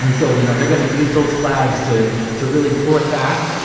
and so you know they're going to use those flags to to really pull it back,